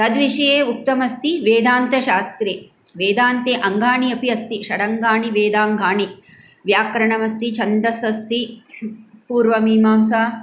तद्विष्ये उक्तमस्ति वेदान्तशास्त्रे वेदान्ते अङ्गाणि अपि अस्ति षडङ्गाणि वेदाङ्गाणि व्याकरणम् अस्ति छन्दस् अस्ति पूर्वमीमांसा